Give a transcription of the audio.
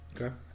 Okay